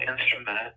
instrument